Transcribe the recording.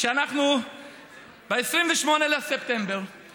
ושב-28 בספטמבר